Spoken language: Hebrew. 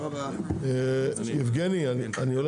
הישיבה ננעלה